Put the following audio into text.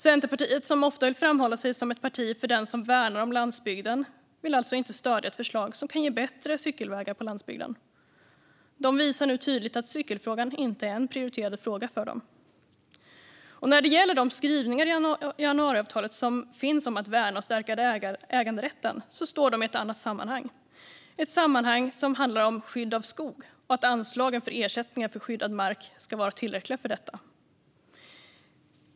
Centerpartiet, som ofta vill framhålla sig som ett parti för den som värnar om landsbygden, vill alltså inte stödja ett förslag som kan ge bättre cykelvägar på landsbygden. De visar nu tydligt att cykelfrågan inte är en prioriterad fråga för dem. De skrivningar som finns i januariavtalet om att värna och stärka äganderätten står i ett annat sammanhang - ett sammanhang som handlar om skydd av skog och att anslagen för ersättningar för skyddad mark ska vara tillräckliga för detta.